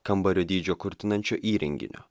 kambario dydžio kurtinančio įrenginio